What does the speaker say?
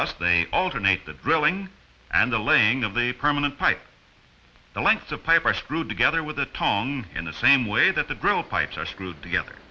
thus they alternate the drilling and the laying of the permanent pipe the length of pipe are screwed together with the tongue in the same way that the grill pipes are screwed together